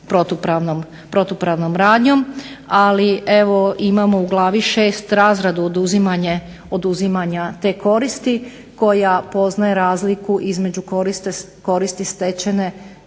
protupravnom radnjom ali evo imamo u glavi 6. razradu oduzimanja te koristi koja poznaje razliku između koristi stečene